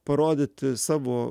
parodyti savo